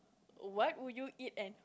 what would you eat and